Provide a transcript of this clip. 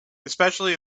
especially